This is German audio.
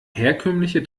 herkömmliche